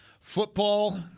football